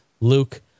Luke